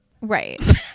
right